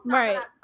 right